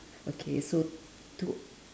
okay so two